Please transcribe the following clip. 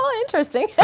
interesting